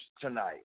tonight